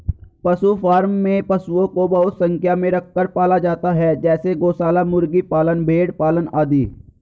पशु फॉर्म में पशुओं को बहुत संख्या में रखकर पाला जाता है जैसे गौशाला, मुर्गी पालन, भेड़ पालन आदि